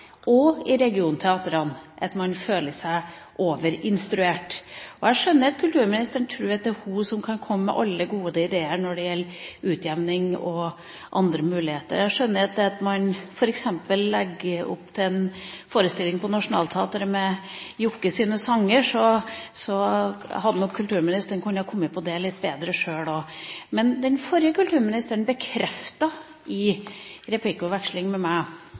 og i regionteatrene om at man føler seg overinstruert. Jeg skjønner at kulturministeren tror at det er hun som kan komme med alle gode ideer når det gjelder utjevning og andre muligheter. Jeg skjønner at hvis man f.eks. hadde lagt opp til en forestilling på Nationaltheatret med Jokkes sanger, hadde nok kulturministeren kunnet komme på det litt bedre sjøl. Men den forrige kulturministeren bekreftet i replikkordveksling med meg